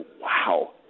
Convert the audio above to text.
wow